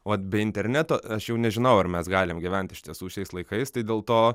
ot be interneto aš jau nežinau ar mes galim gyvent iš tiesų šiais laikais tai dėl to